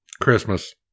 Christmas